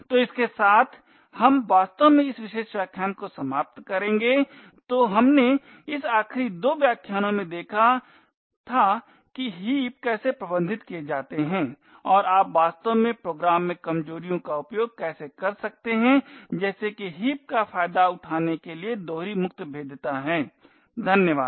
तो इसके साथ हम वास्तव में इस विशेष व्याख्यान को समाप्त करेंगे तो हमने इस आखिरी दो व्याख्यानों में देखा था कि हीप कैसे प्रबंधित किए जाते हैं और आप वास्तव में प्रोग्राम में कमजोरियों का उपयोग कैसे कर सकते हैं जैसे कि हीप का फायदा उठाने के लिए दोहरी मुक्त भेद्यता है धन्यवाद